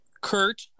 Kurt